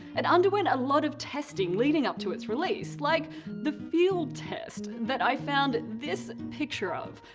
it underwent a lot of testing leading up to its release, like the feel test that i found this picture of.